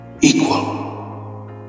equal